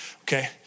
Okay